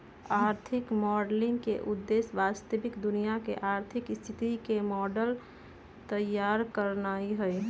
आर्थिक मॉडलिंग के उद्देश्य वास्तविक दुनिया के आर्थिक स्थिति के मॉडल तइयार करनाइ हइ